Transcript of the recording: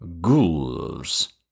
ghouls